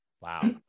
Wow